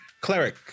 cleric